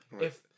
if-